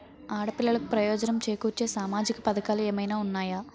ఆడపిల్లలకు ప్రయోజనం చేకూర్చే సామాజిక పథకాలు ఏమైనా ఉన్నాయా?